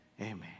Amen